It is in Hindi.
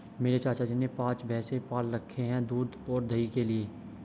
मेरे चाचा जी ने पांच भैंसे पाल रखे हैं दूध और दही के लिए